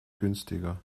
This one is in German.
günstiger